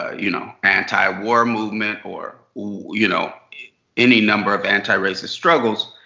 ah you know anti-war movement, or you know any number of antiracist struggles,